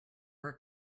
are